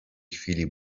chwili